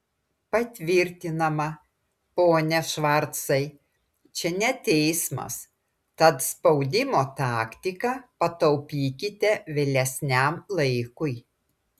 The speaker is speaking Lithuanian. patvirtinama pone švarcai čia ne teismas tad spaudimo taktiką pataupykite vėlesniam laikui